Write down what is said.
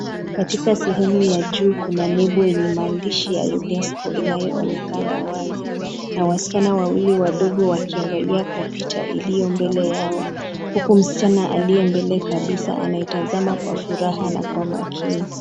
Katika sehemu ya juu kuna nembo yenye maandishi ya UNESCO inyoonekana wazi na wasichana wawili wadogo wakiangalia kompyuta iliyo mbele yao huku msichana aliye mbele kabisa anaitazama kwa furaha na umakini.